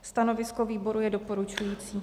Stanovisko výboru je doporučující.